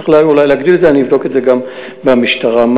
צריך אולי להגדיל את זה, אבדוק גם מה קורה במשטרה.